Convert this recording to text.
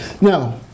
Now